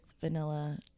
vanilla